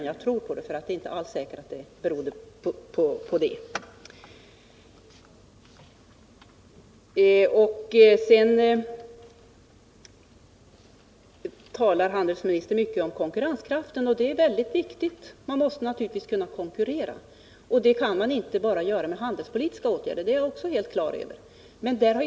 Jag tror inte alls att det skedde av denna anledning. Handelsministern talar mycket om konkurrenskraften. och det är naturligtvis mycket viktigt att vi kan konkurrera. Jag är också på det klara med att man inte kan åstadkomma detta enbart genom handelspolitiska åtgärder.